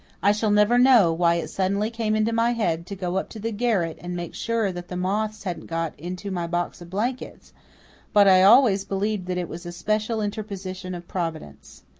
i shall never know why it suddenly came into my head to go up to the garret and make sure that the moths hadn't got into my box of blankets but i always believed that it was a special interposition of providence.